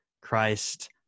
Christ